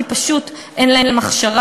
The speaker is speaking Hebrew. כי פשוט אין להן הכשרה.